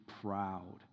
proud